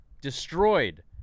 Destroyed